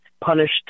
punished